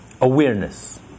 awareness